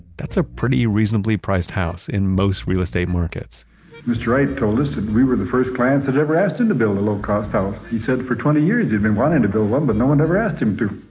that's a pretty reasonably priced house in most real estate markets mr. wright told us that we were the first clients that ever asked him to build a low-cost house. he said for twenty years he'd been wanting to build one, but no one ever asked him to.